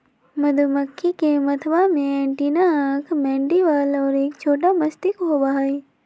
मधुमक्खी के मथवा में एंटीना आंख मैंडीबल और एक छोटा मस्तिष्क होबा हई